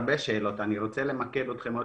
כאן הרבה שאלות ואני רוצה למקד אתכם.